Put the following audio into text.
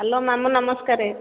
hello ମାମୁଁ ନମସ୍କାର